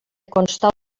constar